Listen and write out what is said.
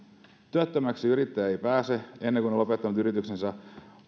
työttömäksi yrittäjä ei pääse ennen kuin on lopettanut yrityksensä